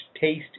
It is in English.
taste